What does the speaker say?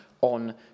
on